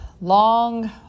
long